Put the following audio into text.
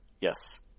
Yes